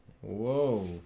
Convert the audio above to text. Whoa